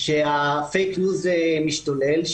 שה"פייק ניוז" משתולל,